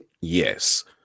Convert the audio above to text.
yes